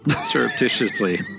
surreptitiously